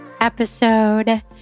episode